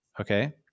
okay